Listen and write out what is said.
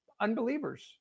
unbelievers